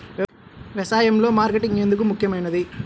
వ్యసాయంలో మార్కెటింగ్ ఎందుకు ముఖ్యమైనది?